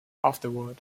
afterward